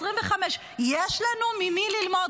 25. יש לנו ממי ללמוד,